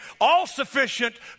all-sufficient